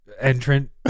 entrant